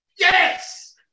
Yes